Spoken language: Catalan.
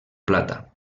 plata